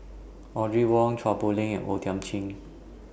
Audrey Wong Chua Poh Leng and O Thiam Chin